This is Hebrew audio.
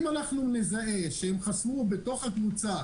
אם נזהה שהם חסמו בתוך הקבוצה